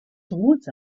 towards